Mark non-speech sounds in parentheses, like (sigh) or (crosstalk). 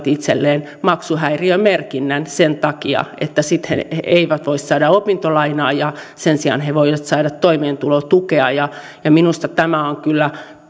(unintelligible) itselleen maksuhäiriömerkinnän sen takia että sitten he eivät voi saada opintolainaa ja sen sijaan he voivat saada toimeentulotukea minusta tämä on kyllä